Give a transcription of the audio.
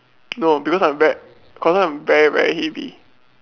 no because I'm fat cause I'm very very heavy